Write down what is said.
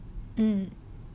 mmhmm